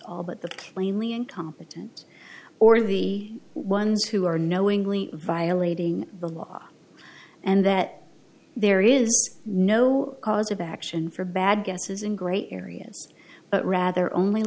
all but the plainly incompetent or the ones who are knowingly violating the law and that there is no cause of action for bad guesses in great areas but rather only